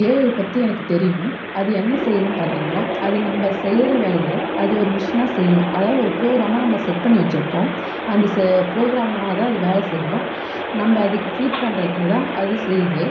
AI பற்றி எனக்கு தெரியும் அது என்ன செய்யுதுன்னு பார்த்தீங்கன்னா அது நம்ம செய்கிற வேலையை அது ஒரு மிஷினா செய்யும் அதாவது ஒரு ப்ரோக்ராமா நம்ம செட் பண்ணி வச்சுருப்போம் அந்த செ ப்ரோக்ராமா தான் அது வேலை செய்யும் நம்ம அதுக்கு ஃபீட் பண்ணுறத தான் அது செய்யுது